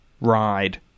ride